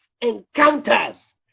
encounters